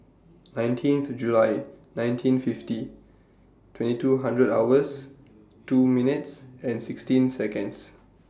nineteenth July nineteen fifty twenty two hundred hours two minutes and sixteen Seconds